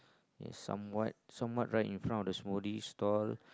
okay somewhat somewhat right in front of the smoothie door